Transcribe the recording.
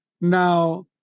Now